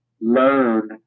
learn